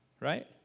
right